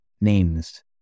names